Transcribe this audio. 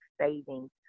savings